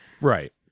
Right